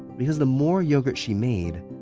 because the more yogurt she made,